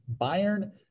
Bayern